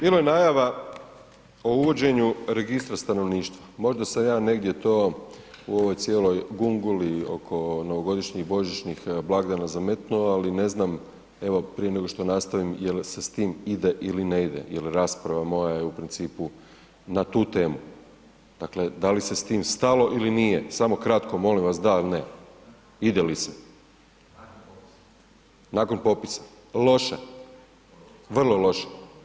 Bilo je najava o uvođenju registra stanovništva, možda sam ja negdje to u ovoj cijeloj gunguli oko novogodišnjih i božićnih blagdana zametnuo, ali ne znam, evo prije nego što nastavim jel se s tim ide ili ne ide jel rasprava moja je u principu na tu temu, dakle da li se s tim stalo ili nije, samo kratko molim vas da ili ne, ide li se, nakon popisa, loše, vrlo loše.